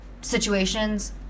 situations